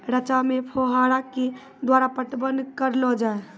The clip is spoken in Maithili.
रचा मे फोहारा के द्वारा पटवन करऽ लो जाय?